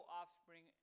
offspring